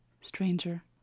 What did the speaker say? Stranger